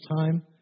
time